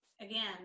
again